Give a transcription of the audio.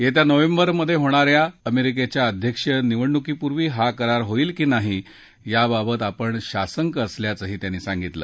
येत्या नोव्हेंबरमधे होणा या अमेरिकेच्या अध्यक्षीय निवडणुकीपूर्वी हा करार होईल की नाही याबाबत आपण साशंक असल्याचं त्यांनी सांगितलं